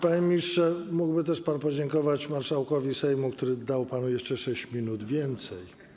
Panie ministrze, mógłby też pan podziękować marszałkowi Sejmu, który dał panu 6 minut więcej.